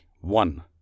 one